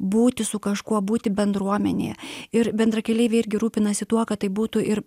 būti su kažkuo būti bendruomenėje ir bendrakeleiviai irgi rūpinasi tuo kad tai būtų ir